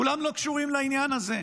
כולם לא קשורים לעניין הזה,